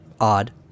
odd